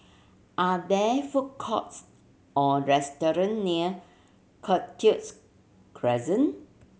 are there food courts or restaurant near Cactus Crescent